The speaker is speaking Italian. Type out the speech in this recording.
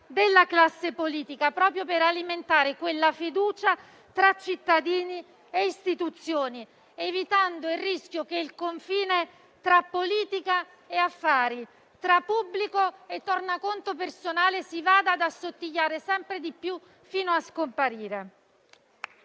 della classe politica, proprio per alimentare quella fiducia tra cittadini e istituzioni, evitando il rischio che il confine tra politica e affari, tra pubblico e tornaconto personale, si vada ad assottigliare sempre di più fino a scomparire.